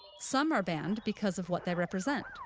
some are banned because of what they represent.